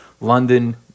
london